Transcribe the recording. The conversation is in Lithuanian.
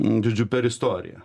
girdžiu per istoriją